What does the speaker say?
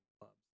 clubs